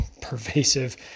pervasive